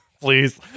please